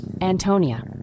Antonia